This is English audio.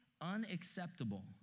unacceptable